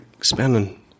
spending